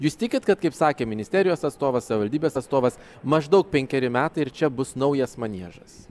jūs tikit kad kaip sakė ministerijos atstovas savivaldybės atstovas maždaug penkeri metai ir čia bus naujas maniežas